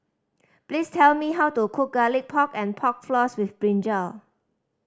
please tell me how to cook Garlic Pork and Pork Floss with brinjal